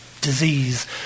disease